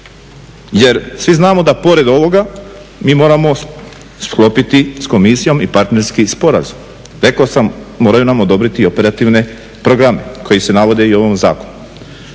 Jer svi znamo da pored ovoga mi moramo sklopiti s komisijom i partnerski sporazum. Rekao sam moraju nam odobriti operativne programe koji se navode i u ovom zakonu.